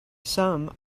some